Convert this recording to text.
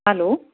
hello